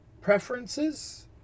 preferences